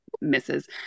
misses